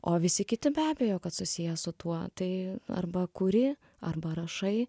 o visi kiti be abejo kad susiję su tuo tai arba kuri arba rašai